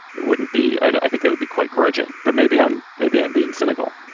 it wouldn't be. i think it would be quite grudging. but maybe i'm maybe i'm being cynical